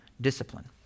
discipline